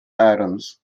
atoms